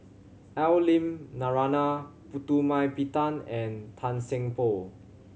Al Lim Narana Putumaippittan and Tan Seng Poh